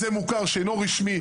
זה מוכר שאינו רשמי.